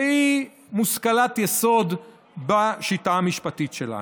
שהיא מושכלת יסוד בשיטה המשפטית שלנו.